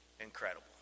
incredible